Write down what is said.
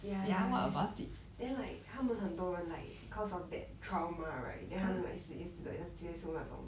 ya ya then like 他们很多人 like cause of that trauma right then 他们 like 那种